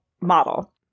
model